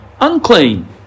unclean